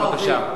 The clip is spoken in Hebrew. בבקשה.